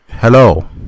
Hello